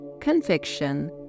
conviction